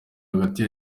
hagati